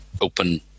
open